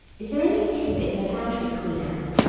is there any tidbit in the pantry, queen anne?